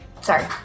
Sorry